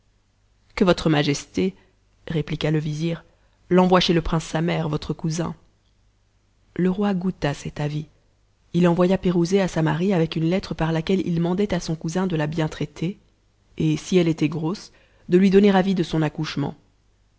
que votre majesté répliqua le vizir l'envoie chez le prince samer votre cousin le roi goûta cet avis il envoya pirouzé à samarie avec une lettre par laquelle il mandait à son cousin de la bien traiter et si elle était grosse de lui donner avis de son accouchement